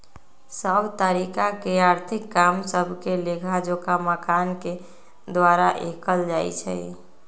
सभ तरिका के आर्थिक काम सभके लेखाजोखा मानक के द्वारा कएल जाइ छइ